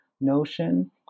notion